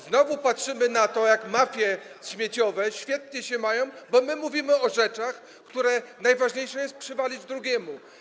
Znowu patrzymy na to, jak mafie śmieciowe świetnie się mają, bo my mówimy o rzeczach, w przypadku których najważniejsze jest przywalić drugiemu.